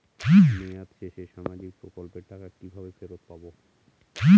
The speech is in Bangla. মেয়াদ শেষে সামাজিক প্রকল্পের টাকা কিভাবে ফেরত পাবো?